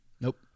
Nope